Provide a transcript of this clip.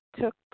took